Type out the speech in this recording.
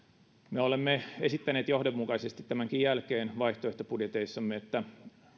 me olemme esittäneet johdonmukaisesti tämänkin jälkeen vaihtoehtobudjeteissamme että